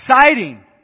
Exciting